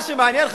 מה שמעניין הוא,